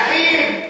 לאחיו,